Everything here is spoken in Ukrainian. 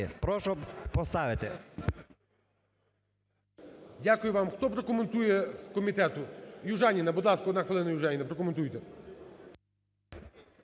Прошу поставити.